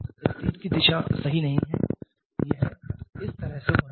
इस तीर की दिशा सही नहीं है यह इस तरह से होना चाहिए था